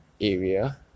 area